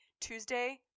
Tuesday